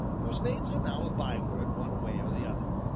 whose names are now a byword one way or the other.